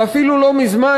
ואפילו לא מזמן,